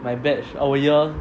my batch our year